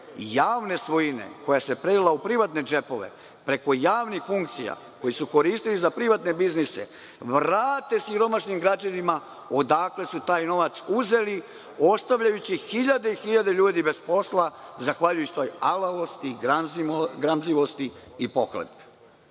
javne svojine koja se prelila u privatne džepove preko javnih funkcija, koje su koristili za privatne biznise, vrate siromašnim građanima odakle su taj novac uzeli, ostavljajući hiljade i hiljade ljudi bez posla zahvaljujući alavosti, gramzivosti i pohlepi. Na